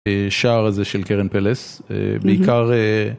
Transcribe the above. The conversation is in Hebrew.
שער הזה של קרן פלס, בעיקר.